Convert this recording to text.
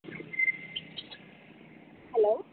hello